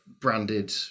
branded